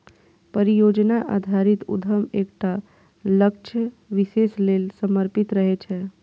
परियोजना आधारित उद्यम एकटा लक्ष्य विशेष लेल समर्पित रहै छै